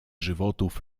żywotów